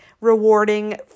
rewarding